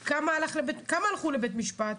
הלכו לבית משפט?